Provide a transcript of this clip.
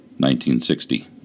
1960